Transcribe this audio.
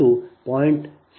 7 ಆಗಿರುತ್ತದೆ